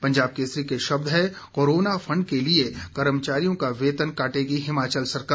पंजाब केसरी के शब्द हैं कोरोना फंड के लिए कर्मचारियों का वेतन काटेगी हिमाचल सरकार